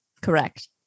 Correct